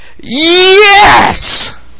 Yes